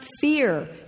fear